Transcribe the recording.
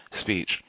Speech